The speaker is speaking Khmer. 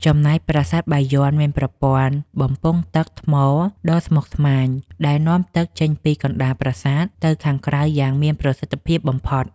ចំណែកប្រាសាទបាយ័នមានប្រព័ន្ធបំពង់ទឹកថ្មដ៏ស្មុគស្មាញដែលនាំទឹកចេញពីកណ្តាលប្រាសាទទៅខាងក្រៅយ៉ាងមានប្រសិទ្ធភាពបំផុត។